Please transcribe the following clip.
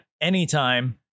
anytime